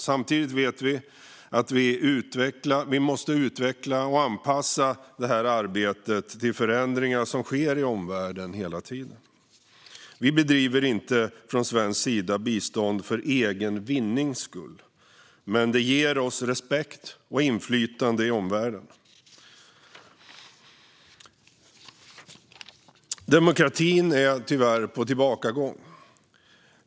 Samtidigt vet vi att vi måste utveckla och anpassa det här arbetet till förändringar som sker i omvärlden hela tiden. Vi bedriver från svensk sida inte bistånd för egen vinnings skull. Men det ger oss respekt och inflytande i omvärlden. Demokratin är tyvärr på tillbakagång.